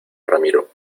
ramiro